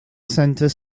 center